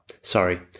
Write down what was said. sorry